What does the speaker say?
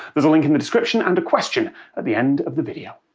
there's a link in the description, and a question at the end of the video.